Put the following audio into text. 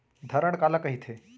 धरण काला कहिथे?